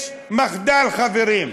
יש מחדל, חברים.